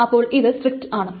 അപ്പോൾ ഇത് സ്ട്രിക്റ്റ് ആണ്